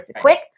quick